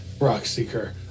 Rockseeker